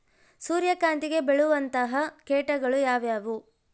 ಸೂರ್ಯಕಾಂತಿಗೆ ಬೇಳುವಂತಹ ಕೇಟಗಳು ಯಾವ್ಯಾವು?